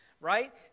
right